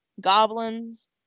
goblins